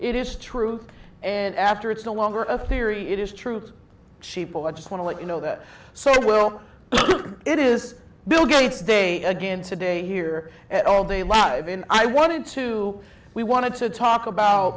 it is truth and after it's no longer a theory it is troops cheap i just want to let you know that so well it is bill gates day again today here at all day a lot of and i wanted to we wanted to talk about